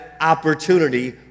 opportunity